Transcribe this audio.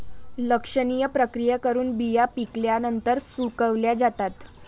लक्षणीय प्रक्रिया करून बिया पिकल्यानंतर सुकवल्या जातात